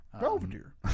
Belvedere